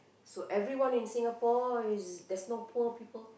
so everyone in Singapore is there's no poor people